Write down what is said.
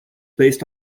based